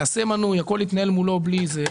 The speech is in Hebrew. יעשה מנוי והכול יתנהל מולו במייל,